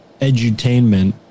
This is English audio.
edutainment